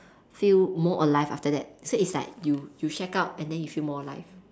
feel more alive after that so it's like you you shag out and then you feel more alive